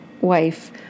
wife